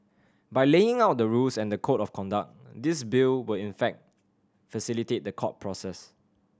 by laying out the rules and the code of conduct this Bill will in fact facilitate the court process